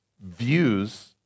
views